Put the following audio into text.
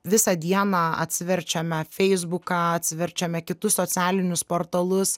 visą dieną atsiverčiame feisbuką atsiverčiame kitus socialinius portalus